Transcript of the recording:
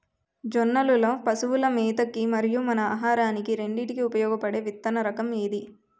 జొన్నలు లో పశువుల మేత కి మరియు మన ఆహారానికి రెండింటికి ఉపయోగపడే విత్తన రకం ఏది?